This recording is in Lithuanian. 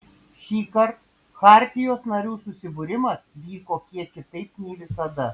šįkart chartijos narių susibūrimas vyko kiek kitaip nei visada